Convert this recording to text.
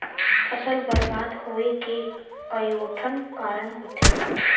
फसल बरबाद होवे के कयोठन कारण होथे